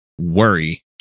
worry